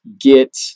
get